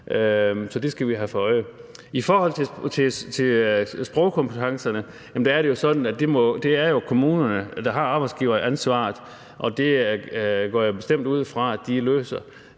så det skal vi have for øje. I forhold til sprogkompetencerne er det sådan, at det jo er kommunerne, der har arbejdsgiveransvaret, og det går jeg bestemt ud fra de løser.